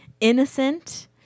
innocent